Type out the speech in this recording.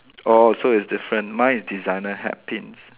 oh so it's different mine is designer hat pins